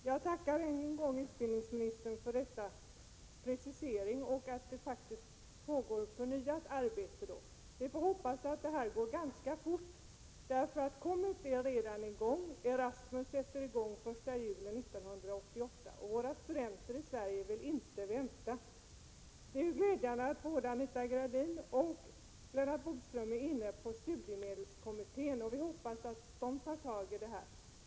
Herr talman! Jag tackar än en gång utbildningsministern, nu för denna precisering att det faktiskt pågår förnyat arbete. Vi får hoppas att det går ganska fort, för COMETT är redan i gång, och ERASMUS sätter i gång den 1 juli 1988 och våra studenter i Sverige vill inte vänta. Det är ju glädjande att både Anita Gradin och Lennart Bodström är inne på studiemedelskommittén. Vi får hoppas att den tar tag i det här.